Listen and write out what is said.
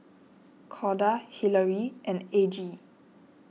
Corda Hilary and Aggie